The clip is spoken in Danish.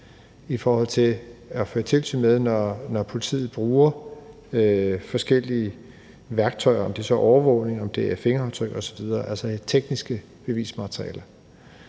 tilsyn, så man kan føre tilsyn med det, når politiet bruger forskellige værktøjer – om det så er overvågning, om det er fingeraftryk osv., altså det tekniske bevismateriale.